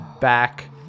back